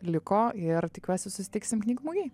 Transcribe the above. liko ir tikiuosi susitiksim knygų mugėj